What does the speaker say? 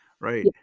right